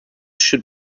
should